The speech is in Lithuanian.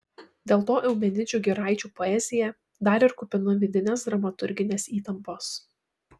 dėl to eumenidžių giraičių poezija dar ir kupina vidinės dramaturginės įtampos